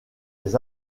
les